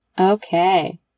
Okay